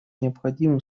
необходимым